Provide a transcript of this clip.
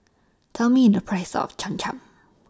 Tell Me The Price of Cham Cham